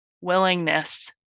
willingness